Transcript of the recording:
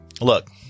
Look